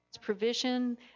provision